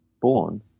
born